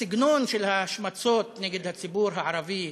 הסגנון של ההשמצות נגד הציבור הערבי,